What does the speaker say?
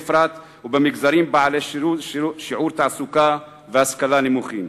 בפרט במגזרים בעלי שיעור תעסוקה והשכלה נמוכים.